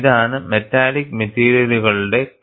ഇതാണ് മെറ്റാലിക് മെറ്റീരിയലുകളുടെ കെ